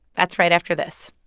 that's right after this